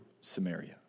Samaria